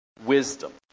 wisdom